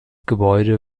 gebäude